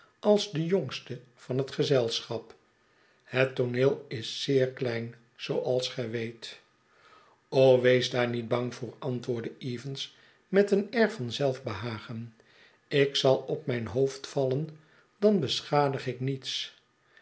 als de jongste van het gezelschap het tooneel is zeer klein zooals gij weet wees daar niet bang voor antwoordde evans met een air van zelfbehagen ik zal op mijn hoofd vallen dan beschadig ik niets